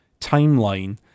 timeline